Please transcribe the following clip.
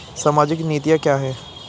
सामाजिक नीतियाँ क्या हैं?